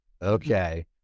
Okay